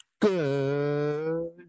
Good